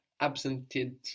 absented